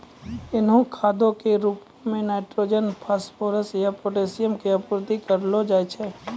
एहनो खादो के रुपो मे नाइट्रोजन, फास्फोरस या पोटाशियम के आपूर्ति करलो जाय छै